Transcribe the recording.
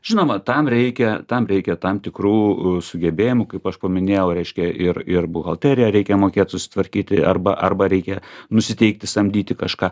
žinoma tam reikia tam reikia tam tikrų sugebėjimų kaip aš paminėjau reiškia ir ir buhalteriją reikia mokėt susitvarkyti arba arba reikia nusiteikti samdyti kažką